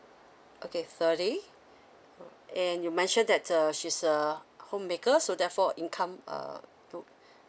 okay thirty oo and you mentioned that uh she's a homemaker so therefore income uh